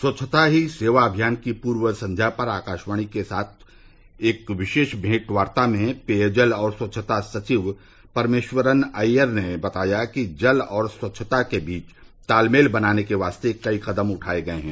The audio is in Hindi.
स्वच्छता ही सेवा अभियान की पूर्व संध्या पर आकाशवाणी के साथ एक विशेष भेंटवार्ता में पेयजल और स्वच्छता सचिव परमेश्वरन अय्यर ने बताया कि जल और स्वच्छता के बीच तालमेल बनाने के वास्ते कई कदम उठाए गए हैं